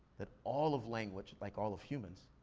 that all of language, like all of humans,